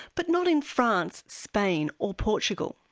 but not in france, spain or portugal?